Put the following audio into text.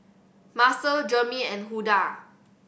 Macel Jermey and Huldah